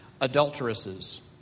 adulteresses